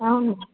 అవును